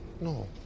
No